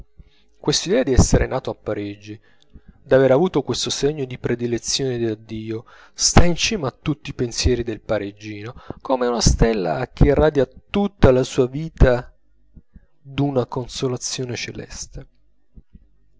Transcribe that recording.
quest'idea d'esser nato a parigi d'aver avuto questo segno di predilezione da dio sta in cima a tutti i pensieri del parigino come una stella che irradia tutta la sua vita d'una consolazione celeste